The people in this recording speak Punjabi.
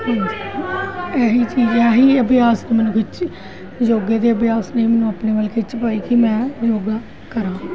ਇਹੀ ਚੀਜ਼ ਆ ਇਹੀ ਅਭਿਆਸ ਮਨ ਵਿੱਚ ਯੋਗੇ ਦੇ ਅਭਿਆਸ ਨੇ ਮੈਨੂੰ ਆਪਣੇ ਵੱਲ ਖਿੱਚ ਪਾਈ ਕਿ ਮੈਂ ਯੋਗਾ ਕਰਾਂ ਹਾਂਜੀ